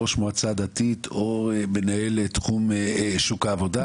ראש מועצה דתית או מנהל תחום שוק העבודה,